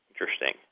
Interesting